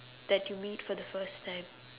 that you meet for the first time